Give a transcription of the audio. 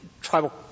tribal